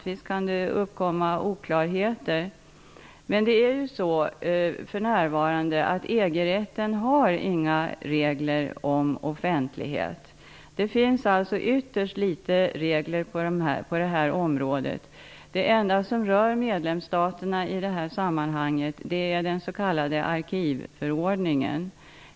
Visst kan det uppkomma oklarheter. Men EG-rätten har för närvarande inga regler om offentlighet. Det finns alltså ytterst litet regler på detta område. Det enda som rör medlemsstaterna i det sammanhanget är den s.k. arkivförordningen.